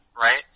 right